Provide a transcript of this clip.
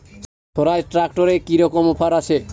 স্বরাজ ট্র্যাক্টরে কি রকম অফার আছে?